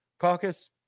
caucus